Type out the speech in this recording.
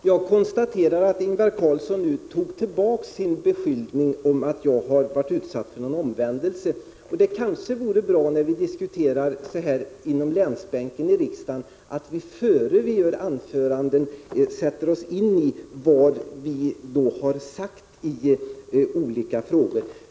Herr talman! Jag konstaterar att Ingvar Karlsson i Bengtsfors nu tog tillbaka sin beskyllning att jag skulle ha tvingats till omvändelse. Det vore kanske bra om vi som sitter på samma länsbänk tog reda på vad som sagts i olika frågor innan vi håller våra anföranden.